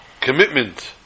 commitment